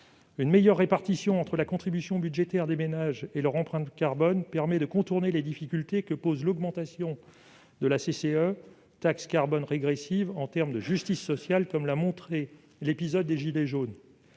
Une meilleure répartition entre la contribution budgétaire des ménages et leur empreinte carbone permet de contourner les difficultés que pose l'augmentation de la contribution climat énergie (CCE), taxe carbone régressive, en termes de justice sociale, comme l'a montré l'épisode des « gilets jaunes